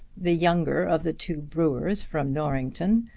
the younger of the two brewers from norrington,